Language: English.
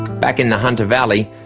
back in the hunter valley,